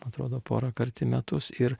atrodo porą kart į metus ir